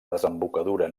desembocadura